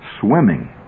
swimming